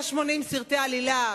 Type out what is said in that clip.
180 סרטי עלילה,